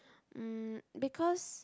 mm because